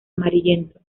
amarillento